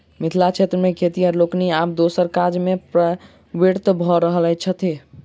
मिथिला क्षेत्र मे खेतिहर लोकनि आब दोसर काजमे प्रवृत्त भ रहल छथि